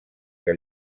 que